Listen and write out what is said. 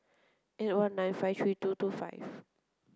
eight one nine five three two two five